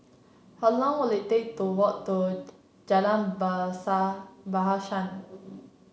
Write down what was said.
how long will it take to walk to Jalan Bahasa